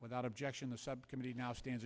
without objection the subcommittee now stan